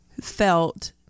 felt